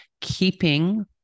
keeping